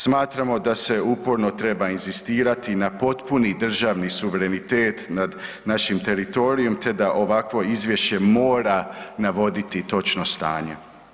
Smatramo da se uporno treba inzistirati na potpuni državni suverenitet nad našim teritorijem te da ovakvo izvješće mora navoditi točno stanje.